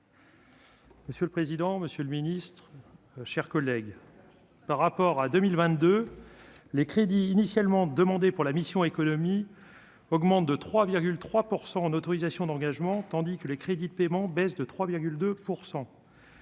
Monsieur le président, Monsieur le Ministre, chers collègues, par rapport à 2022 les crédits initialement demandés pour la mission Économie augmente de 3,3 % en autorisations d'engagement, tandis que les crédits de paiement en baisse de 3,2 %.